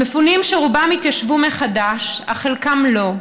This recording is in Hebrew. המפונים, רובם התיישבו מחדש, אך חלקם לא,